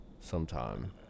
Sometime